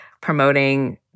promoting